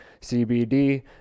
CBD